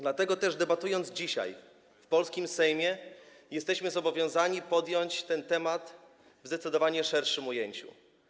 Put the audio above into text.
Dlatego też, debatując dzisiaj w polskim Sejmie, jesteśmy zobowiązani podjąć ten temat w zdecydowanie szerszym ujęciu.